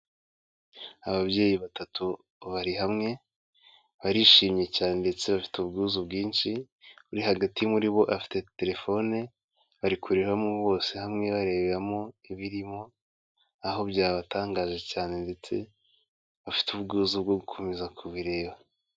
Ababyeyi batatu bari hamwe barishimye cyane ndetse bafite ubwuzu bwinshi, uri hagati muri bo afite telefone bari kurebamo bose hamwe bareberamo ibirimo, aho byabatangaje cyane ndetse bafite ubwuzu bwo gukomeza kubireba.